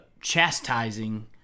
chastising